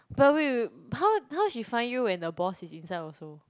but wait wait how how she find you when the boss is inside also